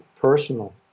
personal